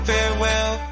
Farewell